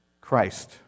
Christ